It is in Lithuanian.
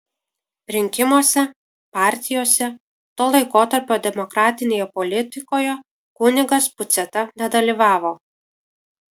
rinkimuose partijose to laikotarpio demokratinėje politikoje kunigas puciata nedalyvavo